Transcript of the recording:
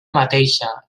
mateixa